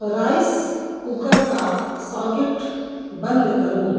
rice cooker کا socket بند کرو